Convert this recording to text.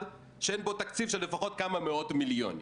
שאין לו תקציב של לפחות כמה מאות מיליונים.